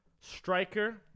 Striker